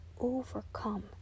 overcome